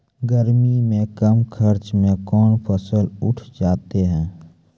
गर्मी मे कम खर्च मे कौन फसल उठ जाते हैं?